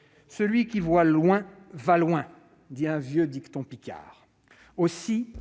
« Celui qui voit loin va loin », dit un vieux dicton picard. Aussi,